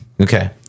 Okay